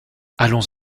allons